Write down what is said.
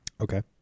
Okay